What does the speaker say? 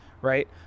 right